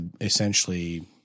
essentially